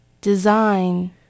Design